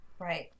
right